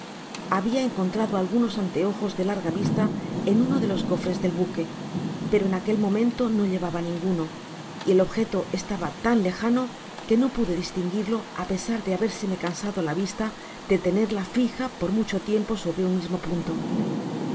babia encontrado algunos anteojos de larga vista en uno de los cafres del buque pero en aquel momento no llevaba ninguno y el objeto estaba tan lejano que no pude distinguirlo á pesar de habérseme cansado la visía de tenerla fija por ameno tiempo sobre un mismo punto no